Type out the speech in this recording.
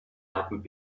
happened